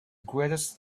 greatest